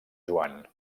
joan